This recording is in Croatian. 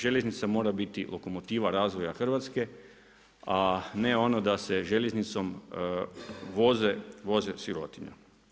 Željeznica mora biti lokomotiva razvoja Hrvatske, a ne ono da se željeznicom voze sirotinja.